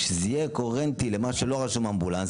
כשזה יהיה קוהרנטי למה שלא רשום אמבולנס,